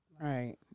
Right